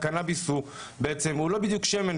הקנביס הוא לא בדיוק שמן,